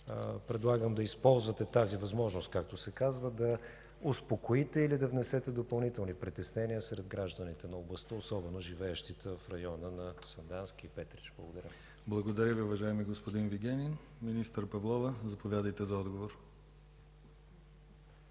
предлагам да използвате тази възможност, както се казва, да успокоите или да внесете допълнителни притеснения сред гражданите на областта, особено за живеещите в района на Сандански и Петрич. Благодаря. ПРЕДСЕДАТЕЛ ДИМИТЪР ГЛАВЧЕВ: Благодаря Ви, уважаеми господин Вигенин. Министър Павлова, заповядайте за отговор.